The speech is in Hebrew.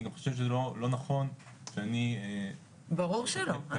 אני גם חושב שזה לא נכון שאני --- ברור שלא,